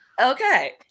Okay